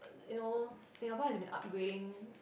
you know Singapore has been upgrading